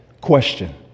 Question